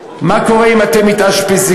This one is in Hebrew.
מה קורה אם אתם מתאשפזים,